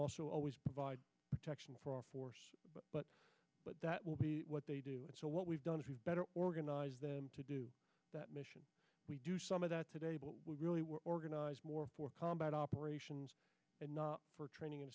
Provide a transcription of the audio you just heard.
also always provide protection for our force but that will be what they do and so what we've done is we better organize them to do that mission we do some of that today but we really were organized more for combat operations and not for training and